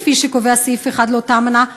כפי שקובע סעיף 1 לאותה אמנה,